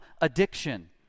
addiction